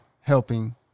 helping